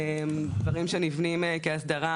דברים שנבנים כהסדרה,